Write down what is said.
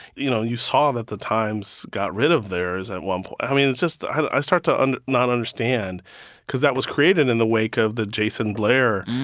you know, you saw that the times got rid of theirs at one point. i mean, it's just, i start to and not understand cause that was created in the wake of the jayson blair,